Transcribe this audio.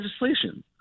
legislation